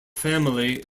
family